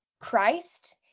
Christ